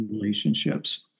relationships